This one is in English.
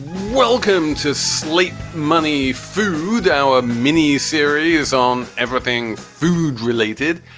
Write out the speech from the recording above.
welcome to sleep money food hour mini series on everything food related.